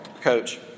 coach